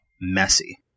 messy